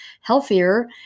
healthier